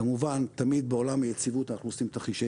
כמובן תמיד בעולם היציבות אנחנו עושים תרחישי